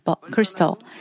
crystal